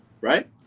Right